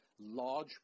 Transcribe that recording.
large